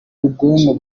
ubwonko